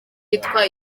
yitwa